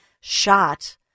shot